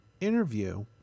interview